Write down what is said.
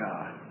God